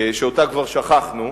שאותה כבר שכחנו,